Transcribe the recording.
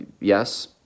yes